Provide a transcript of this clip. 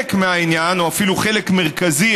או אפילו חלק מרכזי,